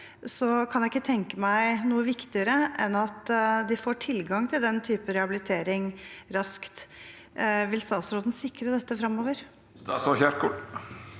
kan jeg ikke tenke meg noe viktigere enn at de får tilgang til denne type rehabilitering raskt. Vil statsråden sikre dette framover? Statsråd Ingvild